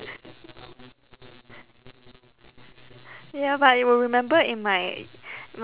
ya but it will remember in my